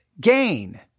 gain